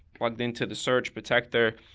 plugged into the surge protector.